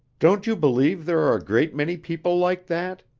don't you believe there are a great many people like that?